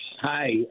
Hi